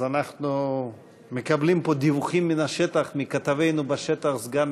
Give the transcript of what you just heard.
אנחנו מקבלים פה דיווחים מכתבנו בשטח, סגן